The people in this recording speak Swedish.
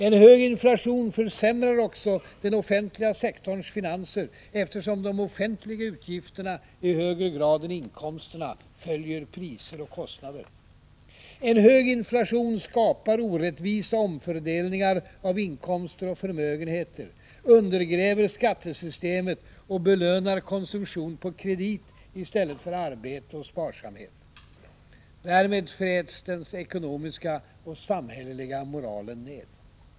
— En höginflation försämrar också den offentliga sektorns finanser, eftersom de offentliga utgifterna i högre grad än inkomsterna följer priser och kostnader. - En hög inflation skapar orättvisa omfördelningar av inkomster och förmögenheter, undergräver skattesystemet och belönar konsumtion på kredit i stället för arbete och sparsamhet. Därmed fräts den ekonomiska och samhälleliga moralen ned.